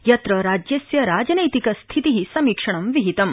यत्र राजस्य राजनैतिक स्थिते समीक्षणं विहितम्